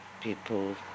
people